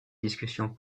discussion